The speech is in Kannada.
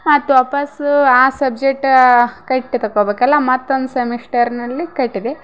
ಮತ್ತೆ ವಾಪಸ್ಸು ಆ ಸಬ್ಜೆಕ್ಟಾ ಕಟ್ಟಿ ತಕೋಬೇಕಲ್ಲ ಮತ್ತೊಂದು ಸೆಮಿಸ್ಟರ್ನಲ್ಲಿ ಕಟ್ಟಿದೆ